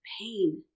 pain